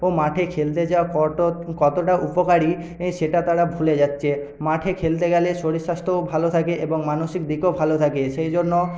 মাঠে খেলতে যাওয়া কত কতটা উপকারী এ সেটা তারা ভুলে যাচ্ছে মাঠে খেলতে গেলে শরীর স্বাস্থ্যও ভালো থাকে এবং মানসিক দিকও ভালো থাকে সেই জন্য